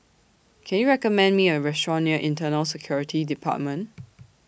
Can YOU recommend Me A Restaurant near Internal Security department